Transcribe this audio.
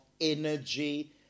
energy